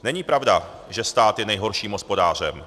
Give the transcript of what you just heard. Není pravda, že stát je nejhorším hospodářem.